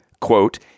quote